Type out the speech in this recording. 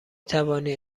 توانی